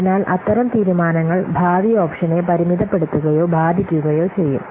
അതിനാൽ അത്തരം തീരുമാനങ്ങൾ ഭാവി ഓപ്ഷനെ പരിമിതപ്പെടുത്തുകയോ ബാധിക്കുകയോ ചെയ്യും